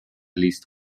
least